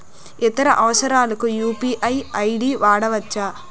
ఇతర అవసరాలకు UPI ID వాడవచ్చా?